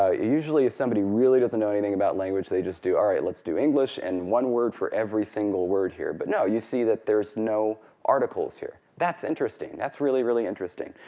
ah usually if somebody really doesn't know anything about language, they just do all right, let's do english and one word for every single word here. but no, you see that there's no articles here. that's interesting. that's really, really interesting.